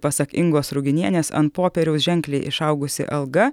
pasak ingos ruginienės ant popieriaus ženkliai išaugusi alga